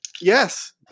Yes